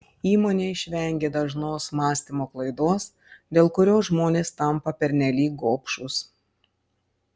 įmonė išvengė dažnos mąstymo klaidos dėl kurios žmonės tampa pernelyg gobšūs